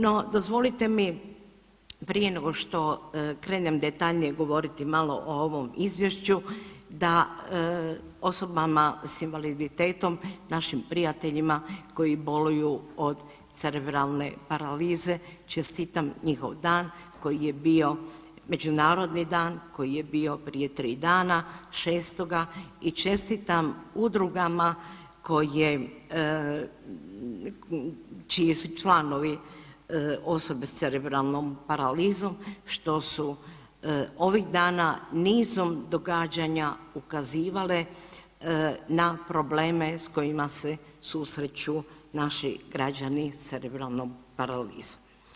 No dozvolite mi prije nego što krenem detaljnije govoriti malo o ovom izvješću da osobama s invaliditetom, našim prijateljima koji boluju od cerebralne paralize, čestitam njihov dan koji je bio međunarodni dan, koji je bio prije 3 dana, 6-oga i čestitam udrugama koje čije su članovi osobe s cerebralnom paralizom, što su ovih dana nizom događanja ukazivale na probleme s kojima se susreću naši građani s cerebralnom paralizom.